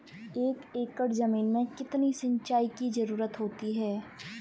एक एकड़ ज़मीन में कितनी सिंचाई की ज़रुरत होती है?